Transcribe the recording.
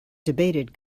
debated